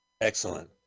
Excellent